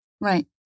Right